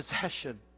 possession